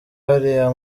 hariya